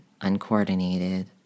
uncoordinated